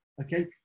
Okay